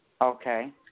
Okay